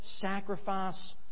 sacrifice